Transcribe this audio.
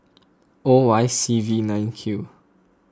O Y C V nine Q